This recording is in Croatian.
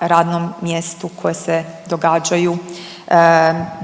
radnom mjestu koje se događaju,